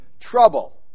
trouble